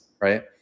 right